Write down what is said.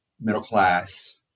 middle-class